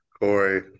Corey